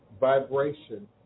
vibration